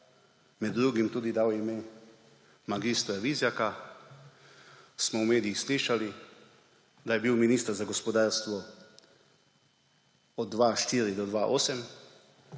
med drugim tudi dal ime mag. Vizjaka, smo v medijih slišali, da je bil minister za gospodarstvo od 2004 do 2008,